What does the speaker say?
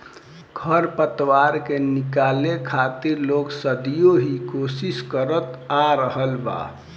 खर पतवार के निकाले खातिर लोग सदियों ही कोशिस करत आ रहल बा